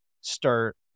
start